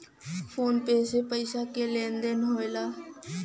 phone पे से पइसा क लेन देन होला